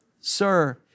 sir